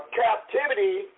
captivity